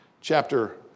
chapter